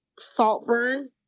Saltburn